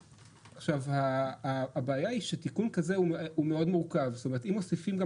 מדינת ישראל עשתה צעד משמעותי קדימה להרמוניזציה עם הרגולציה